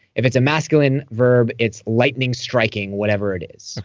if it's a masculine verb, it's lightning striking whatever it is.